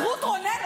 אז רות רונן,